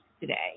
today